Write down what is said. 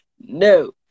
No